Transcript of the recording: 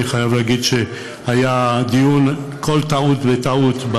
אני חייב להגיד שהיה דיון על כל טעות וטעות,